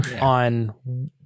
on